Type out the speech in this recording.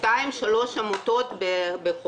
נתקלת ב-2 3 עמותות בחודש.